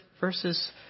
verses